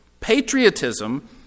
Patriotism